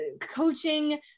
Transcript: coaching